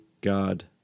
God